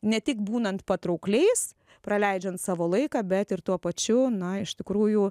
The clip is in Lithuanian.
ne tik būnant patraukliais praleidžiant savo laiką bet ir tuo pačiu na iš tikrųjų